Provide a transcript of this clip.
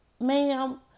ma'am